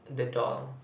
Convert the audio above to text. the doll